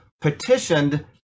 petitioned